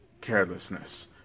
carelessness